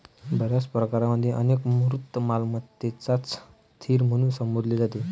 बर्याच प्रकरणांमध्ये केवळ मूर्त मालमत्तेलाच स्थिर म्हणून संबोधले जाते